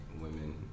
women